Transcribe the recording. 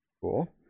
cool